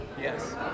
Yes